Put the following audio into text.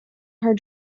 her